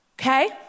Okay